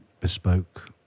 bespoke